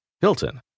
Hilton